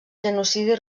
genocidi